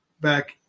back